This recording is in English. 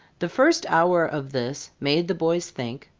the first hour of this made the boys think,